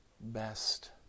best